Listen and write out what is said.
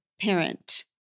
parent